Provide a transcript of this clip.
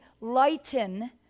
lighten